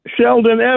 Sheldon